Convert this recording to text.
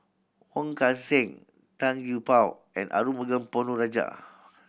Wong Kan Seng Tan Gee Paw and Arumugam Ponnu Rajah